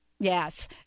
Yes